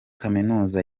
kaminuza